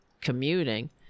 commuting